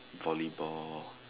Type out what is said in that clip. volleyball